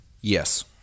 Yes